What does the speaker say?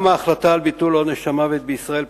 גם ההחלטה על ביטול עונש המוות בישראל,